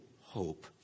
hope